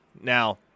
Now